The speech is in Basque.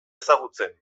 ezagutzen